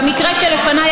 במקרה שלפניי,